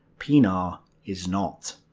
pienaar is not.